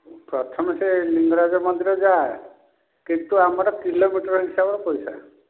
ପ୍ରଥମେ ସେ ଲିଙ୍ଗରାଜ ମନ୍ଦିର ଯାଅ କିନ୍ତୁ ଆମର କିଲୋମିଟର୍ ହିସାବରେ ପଇସା